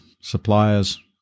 suppliers